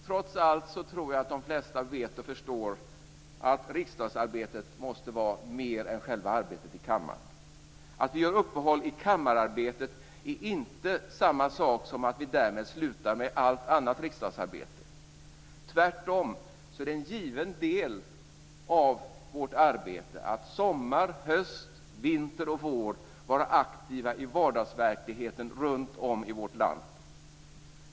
Trots allt tror jag att de flesta vet och förstår att riksdagsarbetet måste vara mer än själva arbetet i kammaren. Att vi gör uppehåll i kammararbetet är inte samma sak som att vi därmed slutar med allt annat riksdagsarbete. Tvärtom är det en given del av vårt arbete att sommar, höst, vinter och vår vara aktiva i vardagsverkligheten runtom i vårt land.